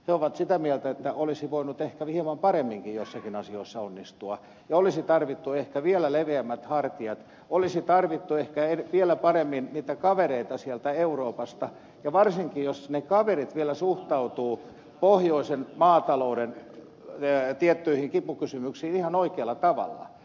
he ovat sitä mieltä että olisi voinut ehkä hieman paremminkin joissakin asioissa onnistua ja olisi tarvittu ehkä vielä leveämmät hartiat olisi tarvittu ehkä vielä paremmin niitä kavereita sieltä euroopasta ja varsinkin jos ne kaverit vielä suhtautuvat pohjoisen maatalouden tiettyihin kipukysymyksiin ihan oikealla tavalla